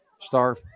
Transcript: star